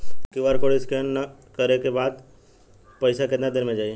QR code scan न करे क बाद पइसा केतना देर म जाई?